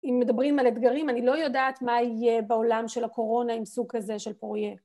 אם מדברים על אתגרים אני לא יודעת מה יהיה בעולם של הקורונה עם סוג כזה של פרויקט